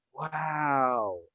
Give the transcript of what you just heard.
Wow